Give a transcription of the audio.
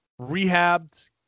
rehabbed